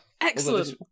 Excellent